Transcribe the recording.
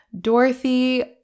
Dorothy